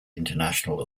international